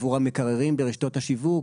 עבור המקררים ברשתות השיווק,